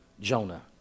Jonah